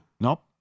Nope